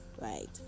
right